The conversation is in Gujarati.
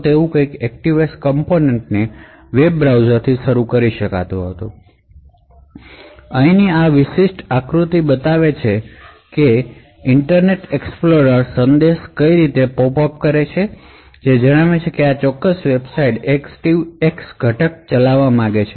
જે ActiveX કમ્પોનન્ટને વેબ બ્રાઉઝરથી શરૂ કરી શકાય છે અહીંની આ આકૃતિ બતાવે છે કે ઇન્ટરનેટ એક્સપ્લોરર સંદેશ કેવી રીતે પોપ અપ કરશે જેમાં જણાવે છે કે આ વેબસાઇટ ActiveX ઘટક ચલાવવા માંગે છે